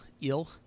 ill